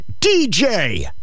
DJ